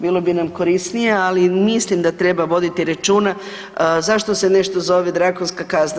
Bilo bi nam korisnije, ali mislim da treba voditi računa zašto se nešto zove drakonska kazna.